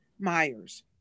Myers